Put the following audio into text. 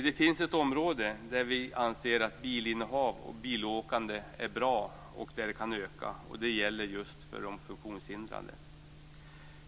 Det finns ett område där vi anser att bilinnehav och bilåkande är bra och där det kan öka. Det gäller just de funktionshindrade.